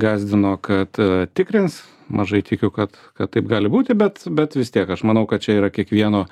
gąsdino kad tikrins mažai tikiu kad kad taip gali būti bet bet vis tiek aš manau kad čia yra kiekvieno